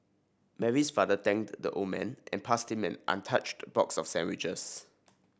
Mary's father thanked the old man and passed him an untouched box of sandwiches